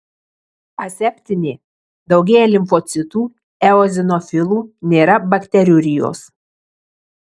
aseptinė daugėja limfocitų eozinofilų nėra bakteriurijos